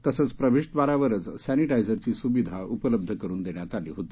तसंच प्रवेशद्वारावरच सॅनिटायझरची सुविधा उपलब्ध करून देण्यात आली होती